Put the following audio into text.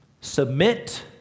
submit